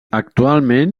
actualment